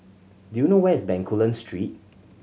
do you know where is Bencoolen Street